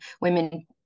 women